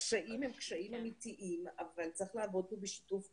הקשיים הם קשיים אמיתיים אבל צריך לעבוד פה בשיתוף פעולה.